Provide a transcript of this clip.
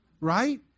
right